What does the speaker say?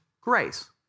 grace